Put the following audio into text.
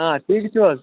آ ٹھیٖک چھِو حظ